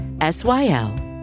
S-Y-L